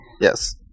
Yes